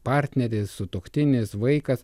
partneris sutuoktinis vaikas